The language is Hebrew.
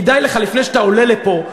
כדאי לך, לפני שאתה עולה לפה,